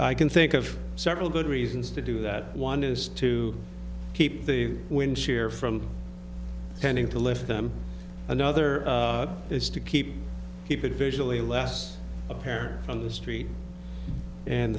i can think of several good reasons to do that one is to keep the when share from tending to lift them another is to keep people visually less apparent from the street and